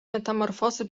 metamorfozy